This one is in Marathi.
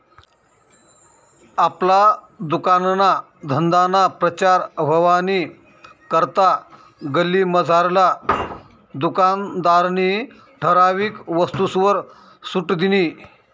आपला दुकानना धंदाना प्रचार व्हवानी करता गल्लीमझारला दुकानदारनी ठराविक वस्तूसवर सुट दिनी